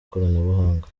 koranabuhanga